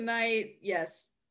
yes